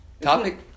Topic